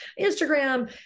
Instagram